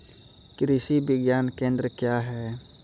कृषि विज्ञान केंद्र क्या हैं?